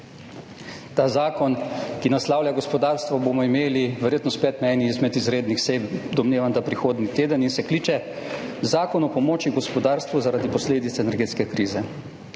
Ta zakon, ki naslavlja gospodarstvo, bomo imeli verjetno spet na eni izmed izrednih sej, domnevam, da prihodnji teden in se kliče Zakon o pomoči gospodarstvu zaradi posledic energetske krize.